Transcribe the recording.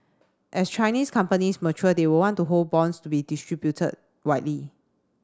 as Chinese companies mature they will want to hold bonds to be distributed widely